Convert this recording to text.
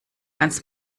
ganz